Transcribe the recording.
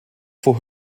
for